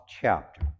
chapter